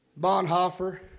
Bonhoeffer